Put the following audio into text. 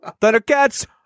Thundercats